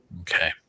Okay